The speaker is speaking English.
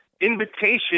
invitation